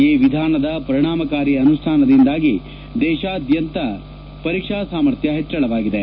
ಈ ವಿಧಾನದ ಪರಿಣಾಮಕಾರಿ ಅನುಷ್ಠಾನದಿಂದಾಗಿ ದೇಶಾದ್ಯಂತ ಪರೀಕ್ಷಾ ಸಾಮರ್ಥ್ಯ ಹೆಚ್ಚಳವಾಗಿದೆ